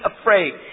afraid